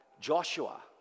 Joshua